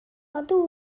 amsugno